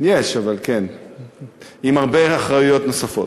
יש, עם הרבה אחריויות נוספות.